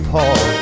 Paul